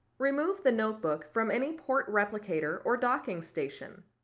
remove the notebook from any port replicator or docking station.